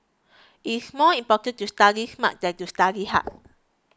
it is more important to study smart than to study hard